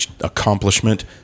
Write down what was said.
accomplishment